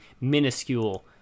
minuscule